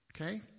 Okay